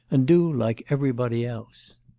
and do like everybody else